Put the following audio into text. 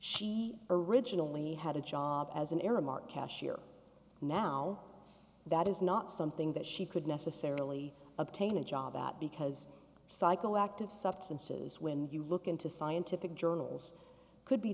she originally had a job as an aramark cashier now that is not something that she could necessarily obtain a job at because psychoactive substances when you look into scientific journals could be